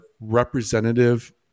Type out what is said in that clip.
representative